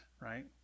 right